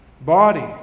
body